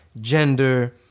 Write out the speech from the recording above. gender